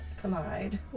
collide